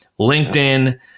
LinkedIn